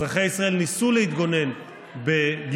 אזרחי ישראל ניסו להתגונן בגיטרה,